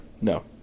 No